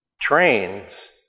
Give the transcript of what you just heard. Trains